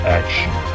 action